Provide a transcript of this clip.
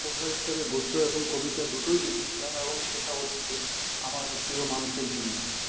হিসাবে গদ্য এবং কবিতা দুটোই লিখেছিলাম এবং সেটা অতীতে আমার এক প্রিয় মানুষের জন্য